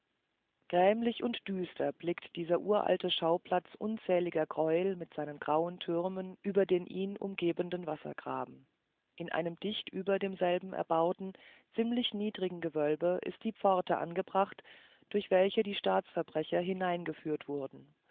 grämlich und düster blickt dieser uralte schauplatz unzähliger greuel mit seinen grauen türmen über den ihn umgebenden wassergraben in einem dicht über demselben erbauten ziemlich niedrigen gewölbe ist die pforte angebracht durch welche die staatsverbrecher hineingeführt wurden